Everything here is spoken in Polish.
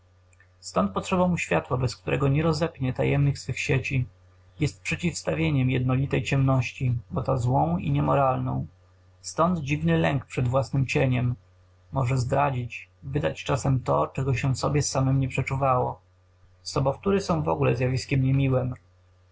stąd potrzeba mu światła bez którego nie rozepnie tajemnych swych sieci jest przeciwstawianiem jednolitej ciemności bo ta złą i niemoralną stąd dziwny lęk przed własnym cieniem może zdradzić wydać czasem to czego się w sobie samym nie przeczuwało sobowtóry są wogóle zjawiskiem niemiłem